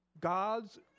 God's